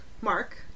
Mark